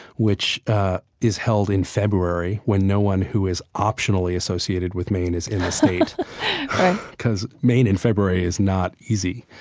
which is held in february when no one who is optionally associated with maine is in the state right because maine in february is not easy.